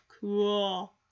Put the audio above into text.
Cool